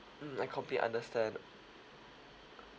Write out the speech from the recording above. mm I completely understand